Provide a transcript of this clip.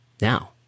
Now